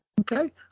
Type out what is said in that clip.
Okay